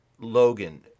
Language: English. logan